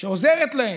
שעוזרת להם,